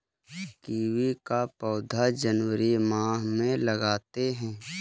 kiwi का पौधा जनवरी माह में लगाते हैं